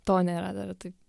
to nėra dar taip